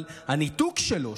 הניתוק שלו,